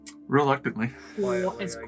Reluctantly